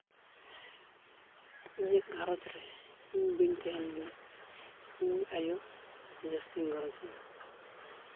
ᱤᱧᱟᱹᱜ ᱜᱷᱟᱨᱚᱸᱡᱽ ᱨᱮ ᱤᱧ ᱵᱟᱹᱧ ᱛᱟᱦᱮᱸ ᱞᱮᱱᱟ ᱤᱧ ᱟᱭᱳ ᱡᱟᱹᱥᱛᱤ